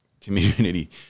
community